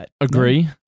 Agree